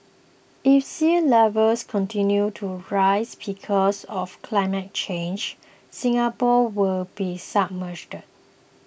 if sea levels continue to rise because of climate change Singapore could be submerged